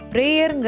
Prayer